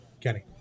Kenny